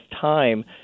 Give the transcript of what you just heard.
time